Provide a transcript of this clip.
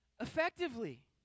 effectively